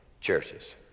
churches